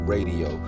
Radio